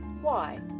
Why